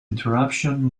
interruption